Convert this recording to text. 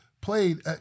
played